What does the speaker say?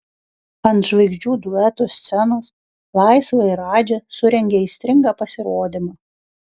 ant žvaigždžių duetų scenos laisva ir radži surengė aistringą pasirodymą